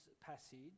passage